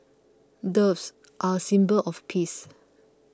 doves are a symbol of peace